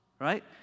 right